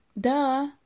Duh